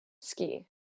Ski